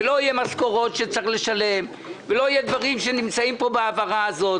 ולא תהינה משכורות שצריך לשלם ולא יהיו דברים שנמצאים כאן בהעברות הללו.